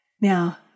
Now